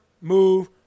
move